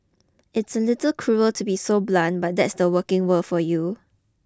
it's a little cruel to be so blunt but that's the working world for you